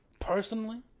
Personally